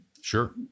Sure